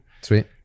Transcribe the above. sweet